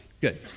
Good